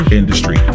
industry